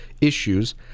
issues